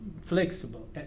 flexible